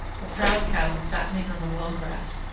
the proud cattle fattening on the long grass,